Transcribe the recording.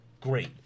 Great